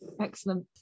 Excellent